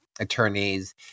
Attorneys